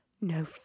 No